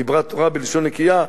דיברה תורה בלשון נקייה,